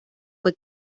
fue